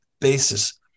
basis